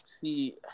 see